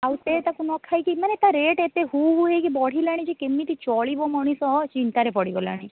ଆଉ ସେ ତାକୁ ନ ଖାଇକି ମାନେ ତା ରେଟ୍ ଏତେ ହୁ ହୁ ହୋଇକି ବଢ଼ିଲାଣି ଯେ କେମତି ଚଳିବ ମଣିଷ ଚିନ୍ତାରେ ପଡ଼ିଗଲାଣି